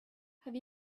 have